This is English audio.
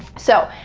so,